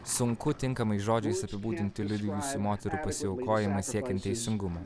sunku tinkamais žodžiais apibūdinti liūdijusių moterų pasiaukojimą siekiant teisingumo